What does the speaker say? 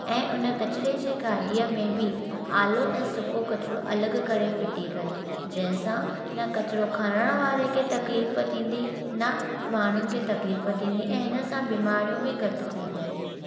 ऐं उन कचिरे जी गाडी॒अ में बि आलो ऐं सुको कचिरो अलॻि करे फिटी कनि जंहिंसां न कचिरो खणणु वारे खे तकलीफ़ थीन्दी न माण्हूनि खे तकलीफ़ थीन्दी ऐं हिनसां बीमारियूं बि घटि थीन्दियूं